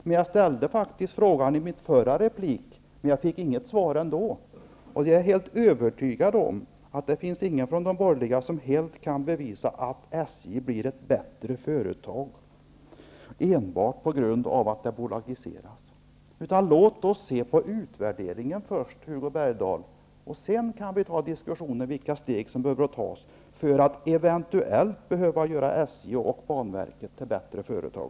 Men jag ställde ju frågan i min förra replik, fast jag fick ändå inget svar. Jag är helt övertygad om att det inte finns någon från de borgerliga partierna som kan bevisa att SJ blir ett effektivare företag enbart på grund av att det bolagiseras. Låt oss först se på utvärderingen, Hugo Bergdahl, och sedan diskutera vilka steg som är nödvändiga för att eventuellt göra SJ och banverket till bättre företag.